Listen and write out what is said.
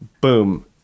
boom